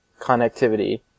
connectivity